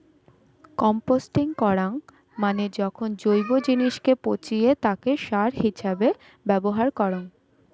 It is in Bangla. কম্পস্টিং করাঙ মানে যখন জৈব জিনিসকে পচিয়ে তাকে সার হিছাবে ব্যবহার করঙ